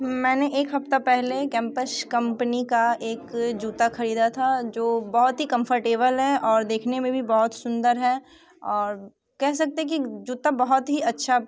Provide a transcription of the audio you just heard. मैंने एक हफ़्ते पहले कैंपश कंपनी का एक जूता ख़रीदा था जो बहुत ही कम्फ़र्टेबल है और देखने में भी बहुत सुंदर है और कह सकते हैं कि जूता बहुत ही अच्छी